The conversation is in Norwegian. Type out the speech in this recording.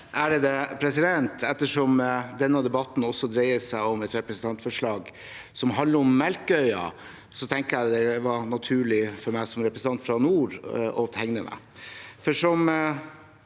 (FrP) Ettersom denne debatten også dreier seg om et representantforslag som handler om Melkøya, tenker jeg det var naturlig for meg som representant fra nord å tegne meg.